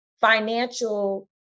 financial